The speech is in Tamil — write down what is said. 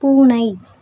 பூனை